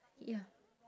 ya